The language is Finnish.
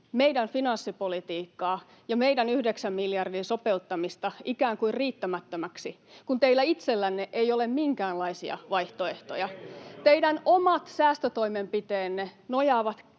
meidän finanssipolitiikkaa ja meidän 9 miljardin sopeuttamista ikään kuin riittämättömäksi, kun teillä itsellänne ei ole minkäänlaisia vaihtoehtoja. [Petri Huru: Juuri näin! —